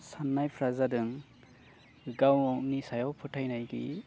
सान्नायफ्रा जादों गावनि सायाव फोथायनाय गैयि